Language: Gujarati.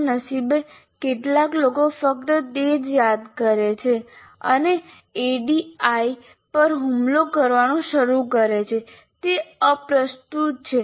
કમનસીબે કેટલાક લોકો ફક્ત તે જ યાદ કરે છે અને એડીડીઆઈ પર હુમલો કરવાનું શરૂ કરે છે તે અપ્રસ્તુત છે